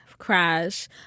crash